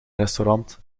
restaurant